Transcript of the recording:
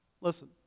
Listen